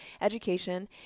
education